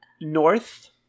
north